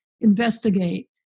investigate